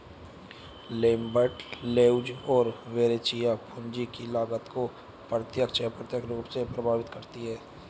Lambert, Leuz और Verrecchia, पूंजी की लागत को प्रत्यक्ष, अप्रत्यक्ष रूप से प्रभावित करती है